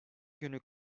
günü